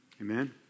Amen